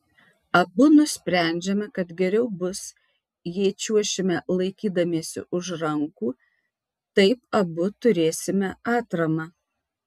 abu nusprendžiame kad geriau bus jei čiuošime laikydamiesi už rankų taip abu turėsime atramą